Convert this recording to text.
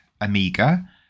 amiga